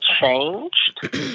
changed